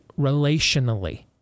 relationally